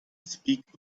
speak